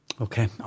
Okay